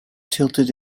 tilted